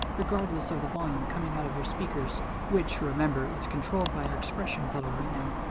regardless of the volume coming out of your speakers which, remember, is controlled by our expression pedal right now.